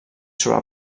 sobre